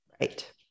right